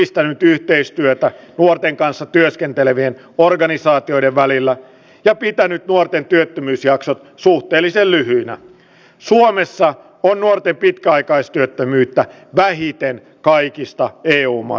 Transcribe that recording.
ista yhteistyötä nuorten kanssa työskenteleviä organisaatioiden välillä ja pitänyt nuorten työttömyysjaksot suhteellisen lyhyinä suomessa nuorten pitkäaikaistyöttömyyttä vähiten kaikista eli uumaa